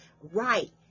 right